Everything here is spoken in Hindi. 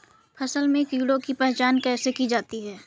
फसल में कीड़ों की पहचान कैसे की जाती है?